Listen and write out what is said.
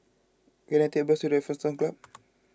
can I take a bus to Raffles Town Club